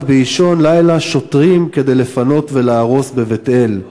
באישון לילה שוטרים כדי לפנות ולהרוס בבית-אל.